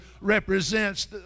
represents